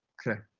ok.